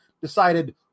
decided